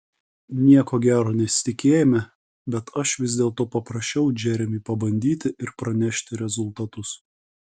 nieko gero nesitikėjome bet aš vis dėlto paprašiau džeremį pabandyti ir pranešti rezultatus